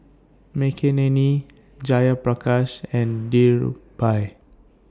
Makineni Jayaprakash and Dhirubhai